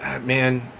man